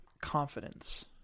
confidence